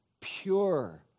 pure